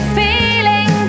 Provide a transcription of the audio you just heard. feeling